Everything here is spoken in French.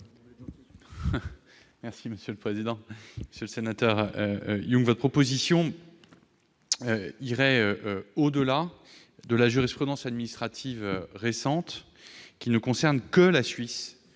du Gouvernement ? Monsieur le sénateur, votre proposition irait au-delà de la jurisprudence administrative récente qui ne concerne que la Suisse